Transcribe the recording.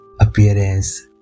appearance